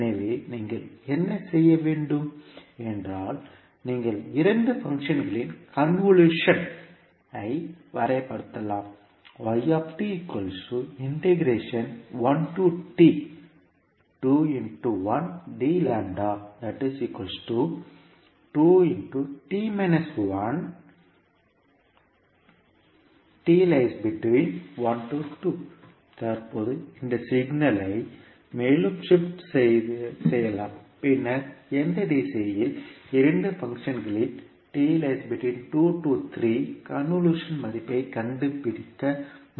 எனவே நீங்கள் என்ன செய்ய வேண்டும் என்றால் நீங்கள் இரண்டு பங்க்ஷன்களின் கன்வொல்யூஷன் ஐ வரையறைபடுத்தலாம் தற்போது இந்த சிக்னலை மேலும் ஷிப்ட் செய்யலாம் பின்னர் எந்த திசையில் இரண்டு பங்க்ஷன்களின் கன்வொல்யூஷன் மதிப்பை கண்டுபிடிக்க முயலலாம்